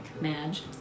Madge